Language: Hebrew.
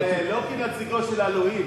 אבל לא כנציגו של אלוהים.